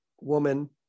woman